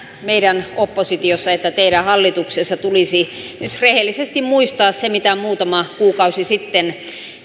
meidän oppositiossa että teidän hallituksessa tulisi nyt rehellisesti muistaa se mitä muutama kuukausi sitten